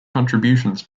contributions